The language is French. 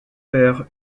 père